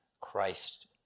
Christ